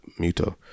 Muto